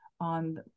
on